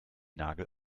nagel